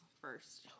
first